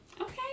okay